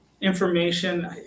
information